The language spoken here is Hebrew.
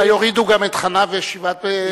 אולי יורידו גם את חנה ושבעת בניה.